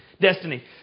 Destiny